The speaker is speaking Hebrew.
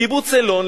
קיבוץ אילון,